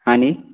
आणि